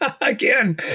Again